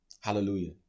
Hallelujah